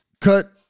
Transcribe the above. cut